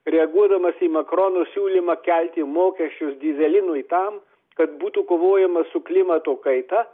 reaguodamas į makrono siūlymą kelti mokesčius dyzelinui tam kad būtų kovojama su klimato kaita